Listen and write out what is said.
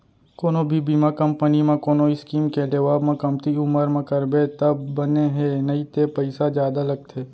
कोनो भी बीमा कंपनी म कोनो स्कीम के लेवब म कमती उमर म करबे तब बने हे नइते पइसा जादा लगथे